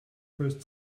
first